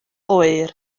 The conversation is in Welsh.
oer